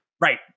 Right